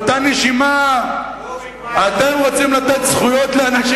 באותה נשימה אתם רוצים לתת זכויות לאנשים